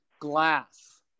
glass